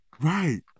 Right